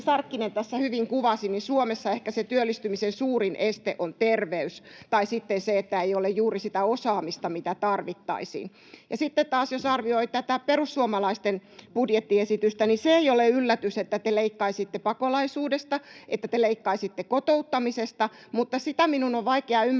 Sarkkinen tässä hyvin kuvasi, niin Suomessa ehkä se työllistymisen suurin este on terveys tai sitten se, että ei ole juuri sitä osaamista, mitä tarvittaisiin. Ja sitten taas, jos arvioi tätä perussuomalaisten budjettiesitystä, niin se ei ole yllätys, että te leikkaisitte pakolaisuudesta, te leikkaisitte kotouttamisesta, mutta sitä minun on vaikea ymmärtää,